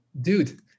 dude